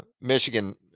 Michigan